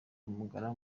amagara